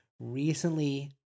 recently